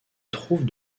trouvent